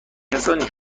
کسانی